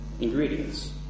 ingredients